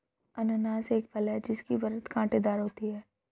अनन्नास एक फल है जिसकी परत कांटेदार होती है